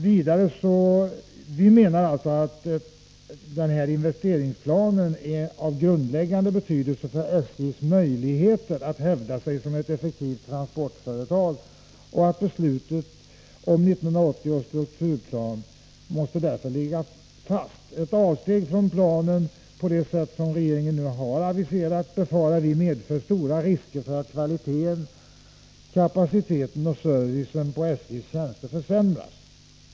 Vi menar alltså att den här investeringsplanen är av grundläggande betydelse för SJ:s möjligheter att hävda sig som ett effektivt transportföretag och att beslutet om 1980 års strukturplan därför måste ligga fast. Ett avsteg från planen på det sätt som regeringen nu aviserar befarar vi kommer att medföra stora risker för att kvaliteten, kapaciteten och servicen inom SJ försämras.